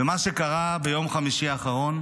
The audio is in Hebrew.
ומה שקרה ביום חמישי האחרון